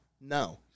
No